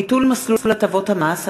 ביטול מסלול הטבות המס),